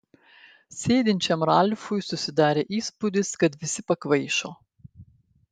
sėdinčiam ralfui susidarė įspūdis kad visi pakvaišo